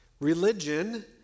Religion